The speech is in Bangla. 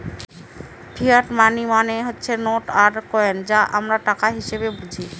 ফিয়াট মানি মানে হচ্ছে নোট আর কয়েন যা আমরা টাকা হিসেবে বুঝি